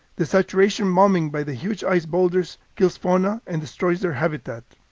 the saturation bombing by the huge ice boulders kills fauna and destroys their habitat.